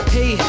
Hey